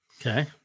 okay